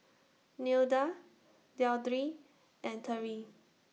Nilda Deidre and Terrie